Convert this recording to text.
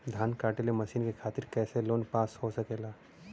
धान कांटेवाली मशीन के खातीर कैसे लोन पास हो सकेला?